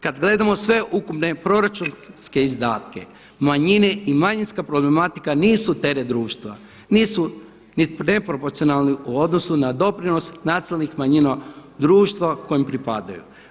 Kad gledamo sve ukupne proračunske izdatke, manjine i manjinska problematika nisu teret društva, nisu niti neproporcijalni u odnosu na doprinos nacionalnih manjina društva kojem pripadaju.